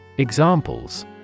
Examples